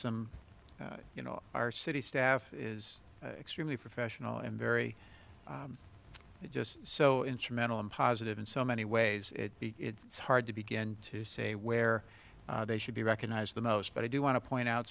some you know our city staff is extremely professional and very just so instrumental and positive in so many ways it's hard to begin to say where they should be recognized the most but i do want to point out